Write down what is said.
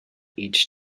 each